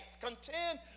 contend